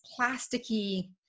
plasticky